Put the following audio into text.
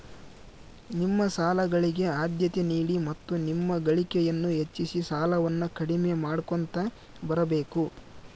ನಿಮ್ಮ ಸಾಲಗಳಿಗೆ ಆದ್ಯತೆ ನೀಡಿ ಮತ್ತು ನಿಮ್ಮ ಗಳಿಕೆಯನ್ನು ಹೆಚ್ಚಿಸಿ ಸಾಲವನ್ನ ಕಡಿಮೆ ಮಾಡ್ಕೊಂತ ಬರಬೇಕು